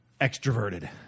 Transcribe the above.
extroverted